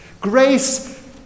Grace